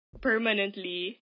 permanently